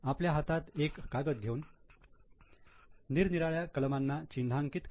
आपल्या हातात एक कागद घेऊन निरनिराळ्या कलमांना चिन्हांकित करा